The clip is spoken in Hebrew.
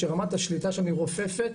שרמת השליטה שם היא רופפת